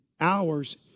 hours